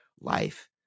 life